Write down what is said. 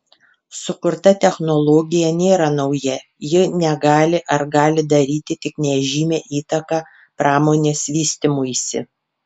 sukurta technologija nėra nauja ji negali ar gali daryti tik nežymią įtaką pramonės vystymuisi